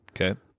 Okay